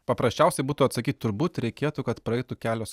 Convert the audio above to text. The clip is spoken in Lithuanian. paprasčiausiai būtų atsakyt turbūt reikėtų kad praeitų kelios